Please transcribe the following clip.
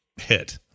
Hit